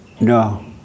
No